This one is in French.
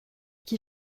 qui